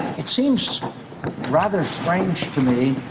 it seems rather strange to me,